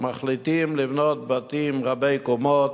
מחליטים לבנות בתים רבי-קומות,